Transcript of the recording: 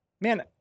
Man